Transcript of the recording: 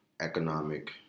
economic